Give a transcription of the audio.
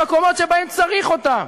למקומות שבהם צריך אותן,